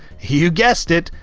you guessed it!